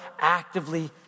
actively